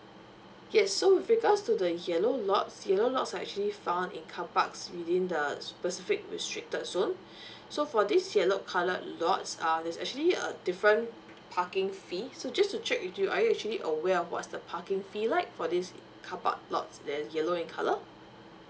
yes so with regards to the yellow lots yellow lots are actually found in car parks within the specific restricted zone so for these yellow coloured lots err there's actually a different parking fee so just to check with you are you actually aware of what's the parking fee like for these car park lots that's yellow in colour